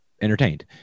entertained